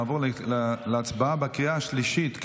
נעבור להצבעה בקריאה השלישית.